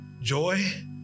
joy